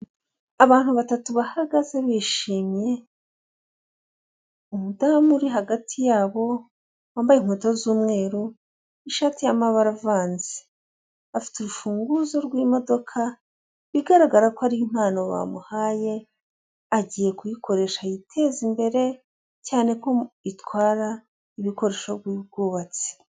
Abantu batatu bahagaze bishimiye, umudamu uri hagati yabo wambaye inkweto z'umweru ishati y'amabara avanze afite urufunguzo rw'imodoka bigaragara ko ari impano bamuhaye agiye kuyikoresha yiteza imbere cyane ko itwara ibikoresho by'ubwubatsi.